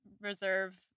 reserve